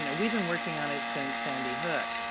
you know we've been working on it since sandy hook.